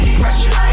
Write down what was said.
pressure